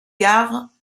gare